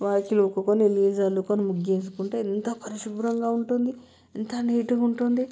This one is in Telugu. వాకిలి నూకూకొని నీళ్ళు చల్లుకుని ముగ్గు వేసుకుంటే ఎంత పరిశుభ్రంగా ఉంటుంది ఎంత నీటుగా ఉంటుంది